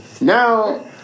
Now